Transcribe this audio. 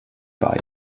bei